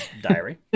Diary